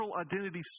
identity